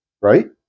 right